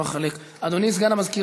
אבל אני לא אחלק, אדוני סגן המזכירה,